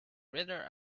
greater